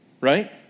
right